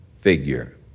figure